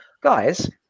guys